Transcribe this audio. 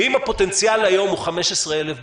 ואם הפוטנציאל היום הוא 15,000 בדיקות,